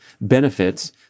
benefits